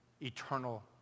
eternal